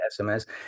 SMS